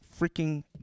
freaking